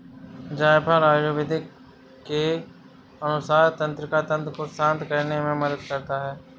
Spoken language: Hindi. जायफल आयुर्वेद के अनुसार तंत्रिका तंत्र को शांत करने में मदद करता है